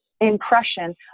impression